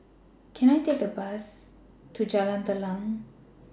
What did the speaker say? Can I Take A Bus to Jalan Telang